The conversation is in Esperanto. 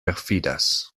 perfidas